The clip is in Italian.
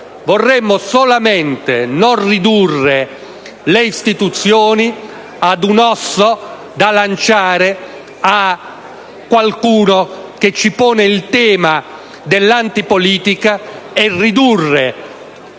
Vorremmo solamente non ridurre le istituzioni a un osso da lanciare a qualcuno che ci pone il tema dell'antipolitica e ridurre